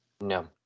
No